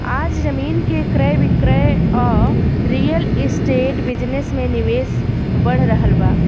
आज जमीन के क्रय विक्रय आ रियल एस्टेट बिजनेस में निवेश बढ़ रहल बा